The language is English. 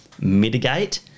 mitigate